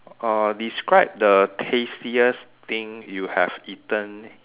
uh describe the tastiest thing you have eaten